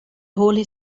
holy